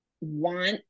want